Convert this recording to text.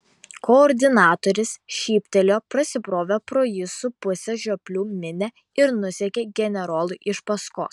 koordinatorius šyptelėjo prasibrovė pro jį supusią žioplių minią ir nusekė generolui iš paskos